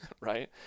right